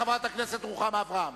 חברת הכנסת רוחמה אברהם.